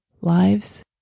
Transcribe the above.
lives